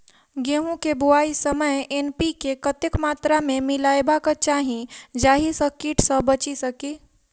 गेंहूँ केँ बुआई समय एन.पी.के कतेक मात्रा मे मिलायबाक चाहि जाहि सँ कीट सँ बचि सकी?